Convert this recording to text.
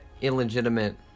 illegitimate